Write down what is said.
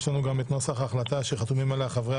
יש לנו את נוסח ההחלטה שחתומים עליו חברי